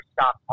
stop